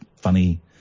funny